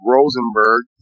Rosenberg